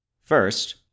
First